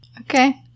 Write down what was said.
Okay